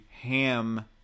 HAM